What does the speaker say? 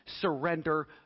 surrender